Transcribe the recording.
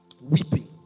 Weeping